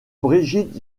brigitte